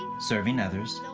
serving others,